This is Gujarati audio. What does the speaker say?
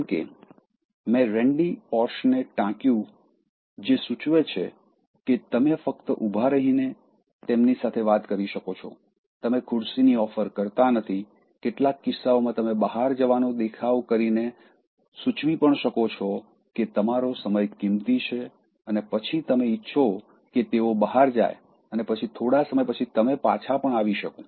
જેમ કે મેં રેન્ડી પોશ ને ટાંક્યું જે સૂચવે છે કે તમે ફક્ત ઉભા રહીને તેમની સાથે વાત કરી શકો છો તમે ખુરશીની ઓફર કરતા નથી કેટલાક કિસ્સાઓમાં તમે બહાર જવાનો દેખાવ કરીને સૂચવી પણ શકો છો કે તમારો સમય કિંમતી છે અને પછી તમે ઇચ્છો કે તેઓ બહાર જાય અને પછી થોડા સમય પછી તમે પાછા પણ આવી શકો